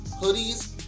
hoodies